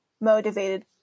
motivated